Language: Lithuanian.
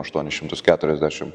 aštuonis šimtus keturiasdešim